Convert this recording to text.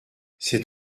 c’est